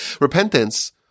Repentance